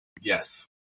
Yes